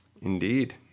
Indeed